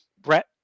Brett